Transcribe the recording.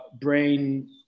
brain